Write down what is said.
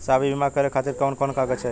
साहब इ बीमा करें खातिर कवन कवन कागज चाही?